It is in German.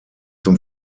zum